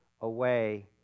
away